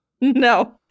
No